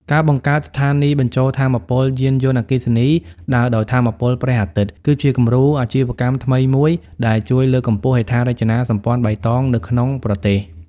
ការបង្កើតស្ថានីយបញ្ចូលថាមពលយានយន្តអគ្គិសនីដើរដោយថាមពលព្រះអាទិត្យ គឺជាគំរូអាជីវកម្មថ្មីមួយដែលជួយលើកកម្ពស់ហេដ្ឋារចនាសម្ព័ន្ធបៃតងនៅក្នុងប្រទេស។